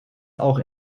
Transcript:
auch